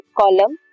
column